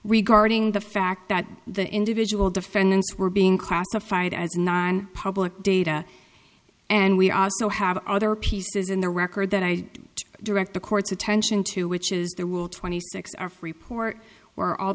regarding the fact that the individual defendants were being classified as non public data and we also have other pieces in the record that i direct the court's attention to which is the rule twenty six our report where all